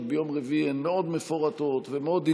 ביום רביעי הן מאוד מפורטות ומאוד ענייניות.